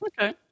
okay